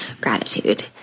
gratitude